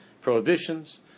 prohibitions